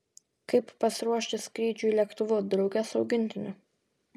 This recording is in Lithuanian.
kaip pasiruošti skrydžiui lėktuvu drauge su augintiniu